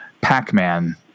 Pac-Man